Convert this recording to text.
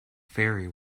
ferry